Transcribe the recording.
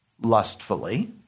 lustfully